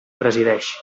presideix